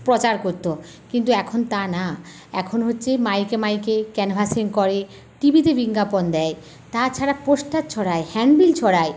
প্রচার করত কিন্তু এখন তা না এখন হচ্ছে মাইকে মাইকে ক্যানভাসিং করে টিভিতে বিজ্ঞাপন দেয় তাছাড়া পোস্টার ছড়ায় হ্যান্ডবিল ছড়ায়